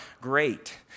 great